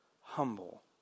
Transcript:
Humble